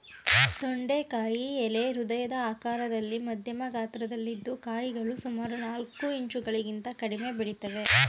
ತೊಂಡೆಕಾಯಿ ಎಲೆ ಹೃದಯ ಆಕಾರದಲ್ಲಿ ಮಧ್ಯಮ ಗಾತ್ರದಲ್ಲಿದ್ದು ಕಾಯಿಗಳು ಸುಮಾರು ನಾಲ್ಕು ಇಂಚುಗಳಿಗಿಂತ ಕಡಿಮೆ ಬೆಳಿತವೆ